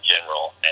general